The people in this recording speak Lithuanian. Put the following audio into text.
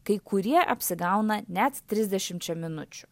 kai kurie apsigauna net trisdešimčia minučių